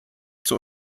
zur